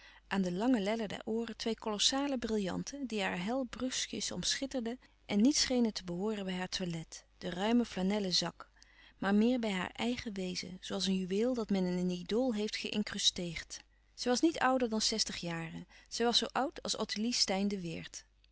aan de lange lellen der ooren twee kolossale brillanten die haar hel bruskjes omschitterden en niet schenen te behooren bij haar toilet de ruime flanellen zak maar meer bij haar eigen wezen zoo als een juweel dat men in een idool heeft geïncrusteerd zij was niet ouder dan zestig jaren zij was zoo oud als ottilie steyn de weert